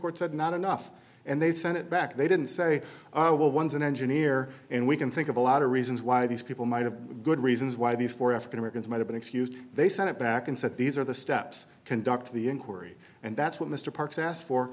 court said not enough and they sent it back they didn't say oh well one is an engineer and we can think of a lot of reasons why these people might have good reasons why these four african americans might have been excused they sent it back and said these are the steps conduct of the inquiry and that's what mr parks asked for